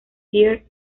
pierre